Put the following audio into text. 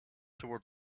toward